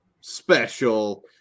special